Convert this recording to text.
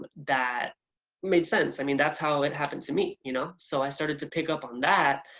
but that made sense. i mean that's how it happened to me, you know? so i started to pick up on that,